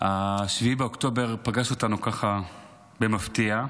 7 באוקטובר פגש אותנו ככה במפתיע,